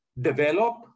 develop